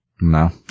No